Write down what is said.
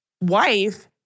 wife